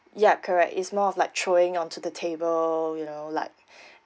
ya correct is more of like throwing on to the table you know like